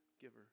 giver